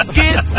get